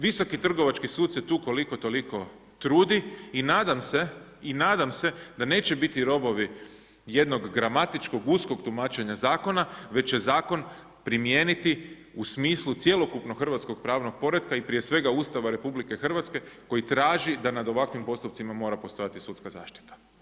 Visoki trgovački sud se tu koliko toliko trudi i nadam se da neće biti robovi jednog gramatičkog uskog tumačenja zakona već će zakon primijeniti u smislu cjelokupnog hrvatskog pravnog poretka i prije svega Ustava RH koji traži da nad ovakvim postupcima mora postojati sudska zaštita.